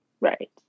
Right